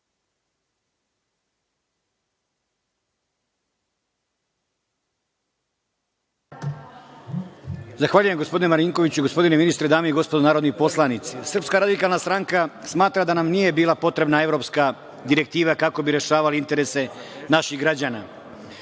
Zahvaljujem, gospodine Marinkoviću. Gospodine ministre, dame i gospodo narodni poslanici, SRS smatra da nam nije bila potrebna evropska direktiva kako bi rešavali interese naših građana,